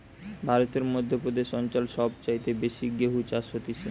ভারতের মধ্য প্রদেশ অঞ্চল সব চাইতে বেশি গেহু চাষ হতিছে